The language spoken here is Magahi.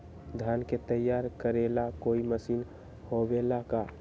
धान के तैयार करेला कोई मशीन होबेला का?